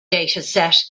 dataset